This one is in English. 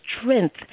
strength